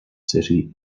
city